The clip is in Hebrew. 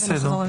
בסדר.